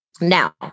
Now